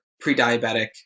pre-diabetic